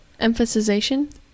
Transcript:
Emphasization